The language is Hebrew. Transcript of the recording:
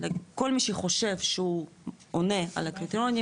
כל מי שחושב שהוא עונה על הקריטריונים,